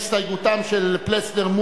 ההסתייגות של חברי הכנסת יוחנן פלסנר,